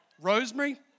Rosemary